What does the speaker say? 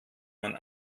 man